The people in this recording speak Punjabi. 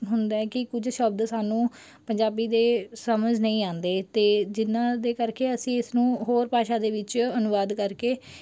ਹੁੰਦਾ ਕਿ ਕੁਝ ਸ਼ਬਦ ਸਾਨੂੰ ਪੰਜਾਬੀ ਦੇ ਸਮਝ ਨਹੀਂ ਆਉਂਦੇ ਅਤੇ ਜਿਨ੍ਹਾਂ ਦੇ ਕਰਕੇ ਅਸੀਂ ਇਸਨੂੰ ਹੋਰ ਭਾਸ਼ਾ ਦੇ ਵਿੱਚ ਅਨੁਵਾਦ ਕਰਕੇ